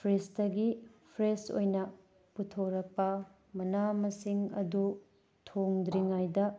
ꯐ꯭ꯔꯤꯖꯇꯒꯤ fresh ꯑꯣꯏꯅ ꯄꯨꯊꯣꯔꯛꯄ ꯃꯅꯥ ꯃꯁꯤꯡ ꯑꯗꯨ ꯊꯣꯡꯗ꯭ꯔꯤꯉꯩꯗ